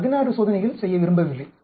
நான் 16 சோதனைகள் செய்ய விரும்பவில்லை